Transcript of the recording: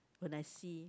when I see